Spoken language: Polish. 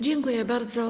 Dziękuję bardzo.